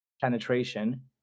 penetration